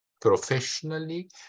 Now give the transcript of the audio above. professionally